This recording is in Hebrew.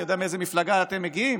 אני יודע מאיזו מפלגה אתם מגיעים